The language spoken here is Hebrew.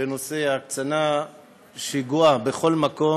בנושא ההקצנה שגואה בכל מקום,